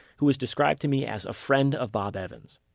who was described to me as a friend of bob evans,